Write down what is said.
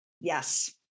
Yes